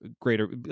greater